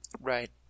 Right